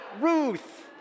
Ruth